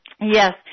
Yes